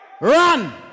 Run